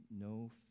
no